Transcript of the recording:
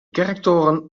kerktoren